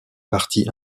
partie